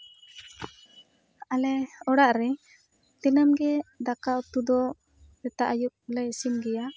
ᱟᱞᱮ ᱚᱲᱟᱜ ᱨᱮ ᱫᱤᱱᱟᱹᱢ ᱜᱮ ᱫᱟᱠᱟ ᱩᱛᱩ ᱫᱚ ᱥᱮᱛᱟᱜ ᱟᱭᱩᱵᱞᱮ ᱤᱥᱤᱱ ᱜᱮᱭᱟ